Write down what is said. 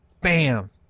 Bam